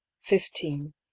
fifteen